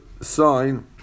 sign